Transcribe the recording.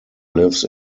lives